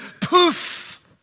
poof